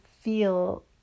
feel